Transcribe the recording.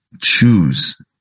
choose